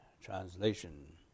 translation